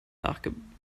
nachgeladen